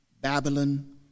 Babylon